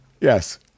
Yes